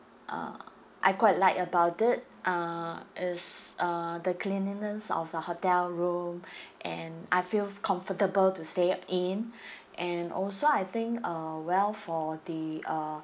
uh I quite like about it uh it's uh the cleanliness of the hotel room and I feel comfortable to stay in and also I think uh well for the uh